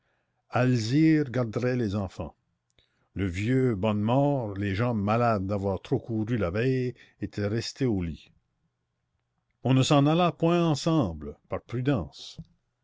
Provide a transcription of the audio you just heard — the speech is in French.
alzire garderait les enfants le vieux bonnemort les jambes malades d'avoir trop couru la veille était resté au lit on ne s'en alla point ensemble par prudence